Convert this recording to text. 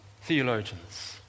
theologians